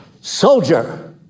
Soldier